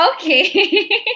Okay